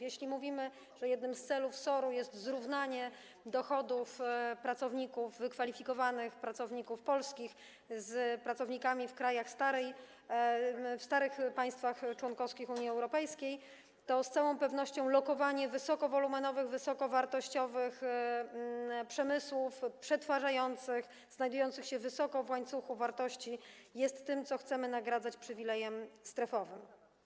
Jeśli mówmy, że jednym z celów SOR-u jest zrównanie dochodów pracowników wykwalifikowanych, polskich pracowników z pracownikami w starych państwach członkowskich Unii Europejskiej, to z całą pewnością lokowanie wysokowolumenowych, wysokowartościowych przemysłów przetwarzających znajdujących się wysoko w łańcuchu wartości jest tym, co chcemy nagradzać przywilejem strefowym.